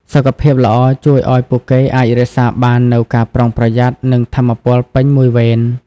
សុខភាពល្អជួយឲ្យពួកគេអាចរក្សាបាននូវការប្រុងប្រយ័ត្ន និងថាមពលពេញមួយវេន។